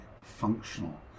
functional